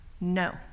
no